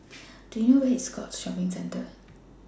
Do YOU know Where IS Scotts Shopping Centre